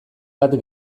bat